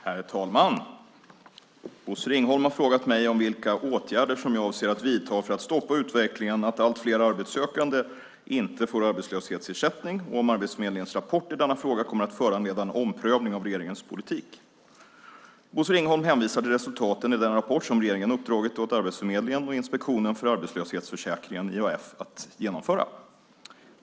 Herr talman! Bosse Ringholm har frågat mig vilka åtgärder jag avser att vidta för att stoppa utvecklingen att allt fler arbetssökande inte får arbetslöshetsersättning och om Arbetsförmedlingens rapport i denna fråga kommer att föranleda en omprövning av regeringens politik. Bosse Ringholm hänvisar till resultaten i den rapport som regeringen uppdragit åt Arbetsförmedlingen och Inspektionen för arbetslöshetsförsäkringen, IAF, att genomföra.